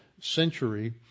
century